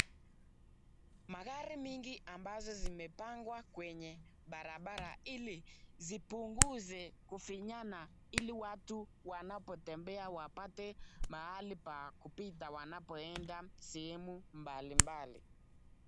Magari mingi ambazo zimepangwa kwenye barabara ili zipunguze kufinyana ili watu wanapotembea wapate mahali pa kupita wanapoenda sehemu mbalimbali.